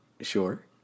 sure